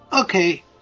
Okay